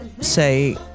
say